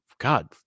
God